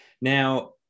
Now